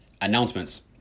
announcements